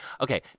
okay